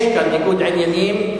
יש כאן ניגוד עניינים.